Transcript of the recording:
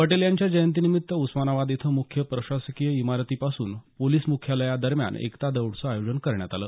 पटेल यांच्या जयंतीनिमित्त उस्मानाबाद इथं मुख्य प्रशासकीय इमारतीपासून पोलिस मुख्यालया दरम्यान एकता दौडचं आयोजन करण्यात आलं